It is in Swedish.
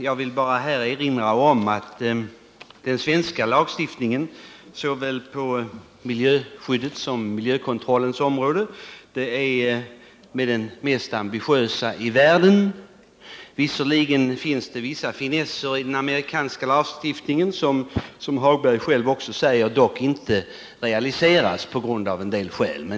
Jag vill bara erinra om att den svenska lagstiftningen på såväl miljöskyddets som miijökontrollens område hör till de mest ambitiösa lagstiftningarna i världen. Det finns en del finesser i den amerikanska lagstiftningen, men — det säger Lars-Ove Hagberg själv — de realiseras dock inte av vissa skäl.